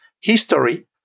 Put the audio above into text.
history